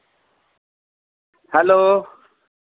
hello